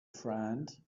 friend